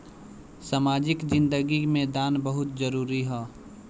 सामाजिक जिंदगी में दान बहुत जरूरी ह